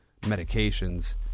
medications